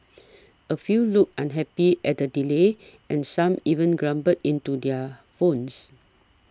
a few looked unhappy at the delay and some even grumbled into their phones